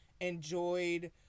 enjoyed